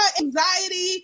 anxiety